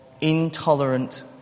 intolerant